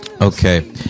okay